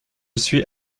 suis